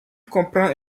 comprend